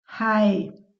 hei